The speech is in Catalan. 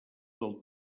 del